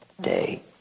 day